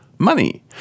money